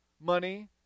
money